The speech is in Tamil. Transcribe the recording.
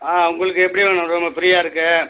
ஆ உங்களுக்கு எப்படி வேணும் ரூமு ஃப்ரீயாக இருக்குது